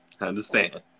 Understand